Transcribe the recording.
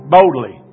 Boldly